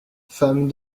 femme